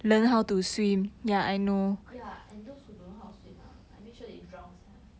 swim ya and those who don't know how to swim ah I make sure they drown sia